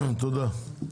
תודה.